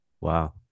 Wow